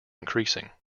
increasing